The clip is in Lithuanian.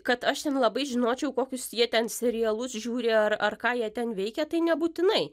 kad aš ten labai žinočiau kokius jie ten serialus žiūri ar ar ką jie ten veikia tai nebūtinai